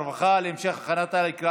הרווחה והבריאות נתקבלה.